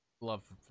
Love